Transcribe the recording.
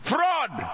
Fraud